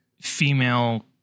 female